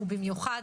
ובמיוחד,